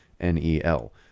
N-E-L